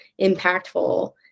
impactful